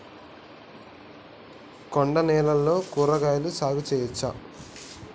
కొండ నేలల్లో కూరగాయల సాగు చేయచ్చా?